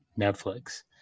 Netflix